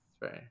Right